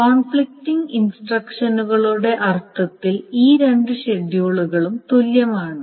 conflicting ഇൻസ്ട്രക്ഷനുകളുടെ അർത്ഥത്തിൽ ഈ രണ്ട് ഷെഡ്യൂളുകളും തുല്യമാണ്